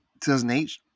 2008